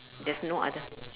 there's no other